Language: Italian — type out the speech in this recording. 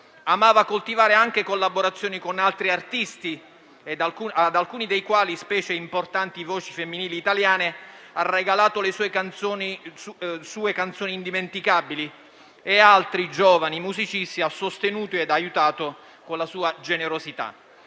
Amava coltivare anche collaborazioni con altri artisti, ad alcuni dei quali (specie importanti voci femminili italiane) ha regalato sue canzoni indimenticabili e ha sostenuto e aiutato con la sua generosità